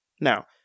now